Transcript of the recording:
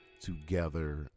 together